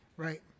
Right